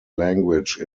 language